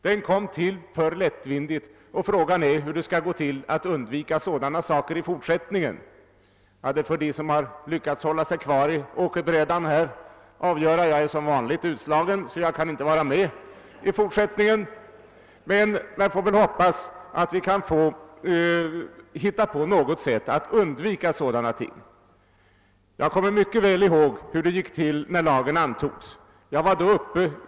Den kom till alltför lättvindigt, och frågan är, hur det skall bli möjligt att undvika sådana saker i fortsättningen. Det får de tänka på som lyckats hålla sig kvar på åkebrädan här — jag är som vanligt utslagen och kan inte vara med i fortsättningen. Men man får väl hoppas, att ni kan hitta på något sätt att undvika sådana ting. Jag kommer mycket väl ihåg hur det gick till när lagen antogs.